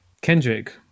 Kendrick